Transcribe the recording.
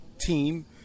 team